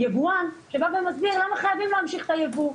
ייבואן שבא ומסביר למה חייבים להמשיך את הייבוא.